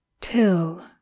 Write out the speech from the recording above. Till